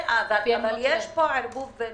יש הבדל בין